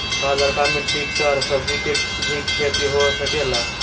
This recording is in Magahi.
का लालका मिट्टी कर सब्जी के भी खेती हो सकेला?